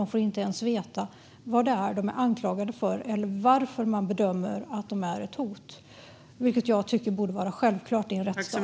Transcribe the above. De får inte ens veta vad de är anklagade för eller varför man bedömer att de är ett hot, vilket jag tycker borde vara självklart i en rättsstat.